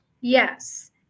Yes